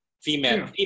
female